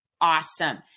awesome